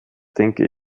denke